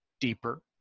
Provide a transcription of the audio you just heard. deeper